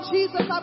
Jesus